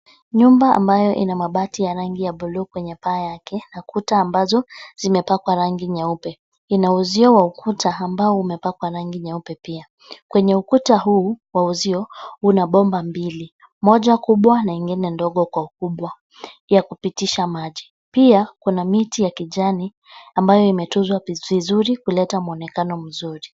Nyumba ambayo ina mabati ya rangi ya buluu kwenye paa yake na kuta ambazo zimepakwa rangi nyeupe, ina uzio wa ukuta ambao umepakwa rangi nyeupe pia. Kwenye ukuta huu wa uzio una mabomba mbili, moja kubwa na ingine ndogo kwa ukubwa, ya kupitisha maji. Pia kuna miti ya kijani ambayo imetunzwa vizuri kuleta mwonekano mzuri.